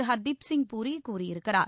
ஹர்தீப்சிங்பூரி கூறியிருக்கிறார்